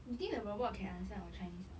you think the robot can understand our chinese or not